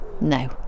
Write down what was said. No